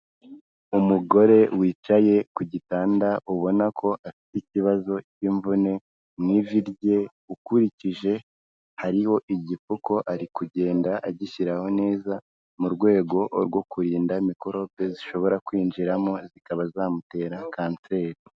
Umugore wicaye ku gitanda ubona ko afite ikibazo cy'imvune mu ivi rye ukurikije hariho igipfuko ari kugenda agishyiraho neza mu rwego rwo kurinda mikorobe zishobora kwinjiramo zikaba zamutera kanseri.